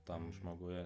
tam žmoguje